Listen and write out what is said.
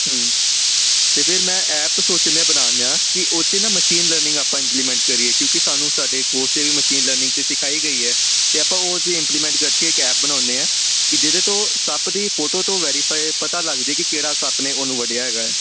ਅਤੇ ਫਿਰ ਮੈਂ ਐਪ ਸੋਚ ਲਿਆ ਬਣਾਉਣ ਦਾ ਕਿ ਉਹ 'ਚ ਨਾ ਮਸ਼ੀਨ ਲਰਨਿੰਗ ਆਪਾਂ ਇੰਪਲੀਮੈਂਟ ਕਰੀਏ ਕਿਉਂਕਿ ਸਾਨੂੰ ਸਾਡੇ ਕੋਰਸ 'ਤੇ ਵੀ ਮਸ਼ੀਨ ਲਰਨਿੰਗ ਤਾਂ ਸਿਖਾਈ ਗਈ ਹੈ ਅਤੇ ਆਪਾਂ ਉਹ ਜੇ ਇੰਪਲੀਮੈਂਟ ਕਰਕੇ ਇੱਕ ਐਪ ਬਣਾਉਂਦੇ ਹਾਂ ਕਿ ਜਿਹਦੇ ਤੋਂ ਸੱਪ ਦੀ ਫੋਟੋ ਤੋਂ ਵੈਰੀਫਾਈ ਪਤਾ ਲੱਗ ਜੇ ਕਿ ਕਿਹੜਾ ਸੱਪ ਨੇ ਉਹਨੂੰ ਵੱਢਿਆ ਹੈਗਾ